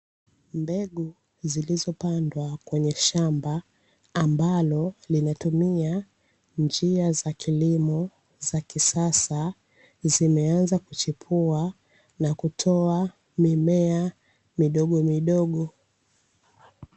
Mbegu zilizopandwa kwenye shamba, ambalo limetumia njia za kilimo za kisasa zimeanza kuchipua na kutoa mimea midogo midogo.